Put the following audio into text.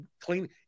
clean